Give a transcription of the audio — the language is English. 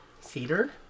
Cedar